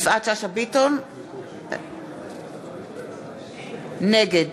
נגד